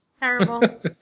Terrible